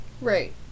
Right